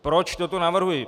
Proč toto navrhuji?